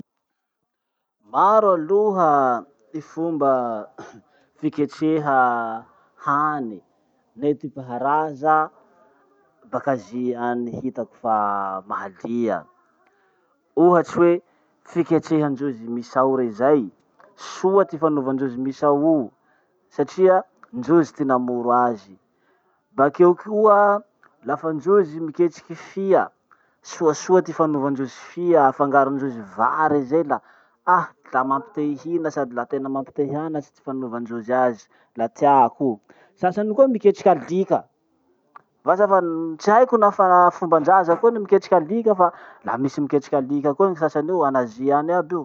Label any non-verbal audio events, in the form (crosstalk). Maro aloha ty fomba (noise) fiketreha hany nentim-paharaza baka azia any hitako fa mahalia. Ohatsy hoe fiketrehandrozy misao rey zay. Soa ty fanaovandrozy misao o satria ndrozy ty namoro azy. Bakeo koa lafa ndrozy miketriky fia, soasoa ty fanovandrozy fia afangarondrozy vary zay la mampitehihina sady la mampitehianatry ty fanaovandrozy azy. La tiako o. Sasany koa miketriky alika, vasa fan- tsy haiko nafa fombandraza koa ny miketriky alika fa la misy miketriky alika koa ny sasany io an'azia any aby io.